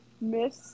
miss